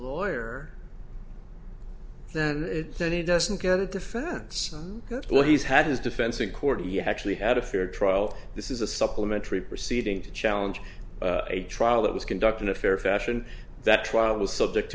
lawyer then that he doesn't get a defense but he's had his defense in court he actually had a fair trial this is a supplementary proceeding to challenge a trial that was conduct in a fair fashion that trial was subject